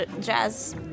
jazz